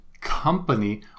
company